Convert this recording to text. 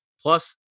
plus